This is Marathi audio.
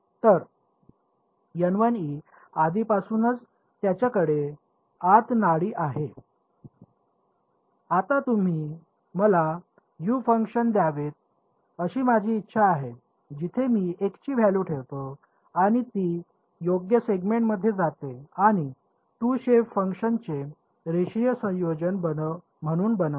तर आधीपासून त्यांच्याकडे आत नाडी आहे आता तुम्ही मला यू फंक्शन द्यावेत अशी माझी इच्छा आहे जिथे मी x ची व्हॅल्यू ठेवतो आणि ती योग्य सेगमेंटमध्ये जाते आणि 2 शेप फंक्शन्सचे रेषीय संयोजन म्हणून बनवते